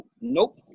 Nope